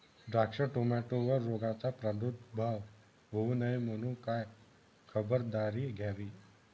द्राक्ष, टोमॅटोवर रोगाचा प्रादुर्भाव होऊ नये म्हणून काय खबरदारी घ्यावी?